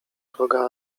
droga